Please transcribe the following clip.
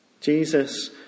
Jesus